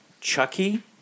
Chucky